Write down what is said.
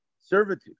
servitude